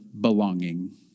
belonging